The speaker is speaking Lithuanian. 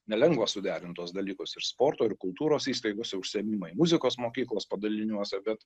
nelengva suderint tuos dalykus ir sporto ir kultūros įstaigose užsiėmimai muzikos mokyklos padaliniuose bet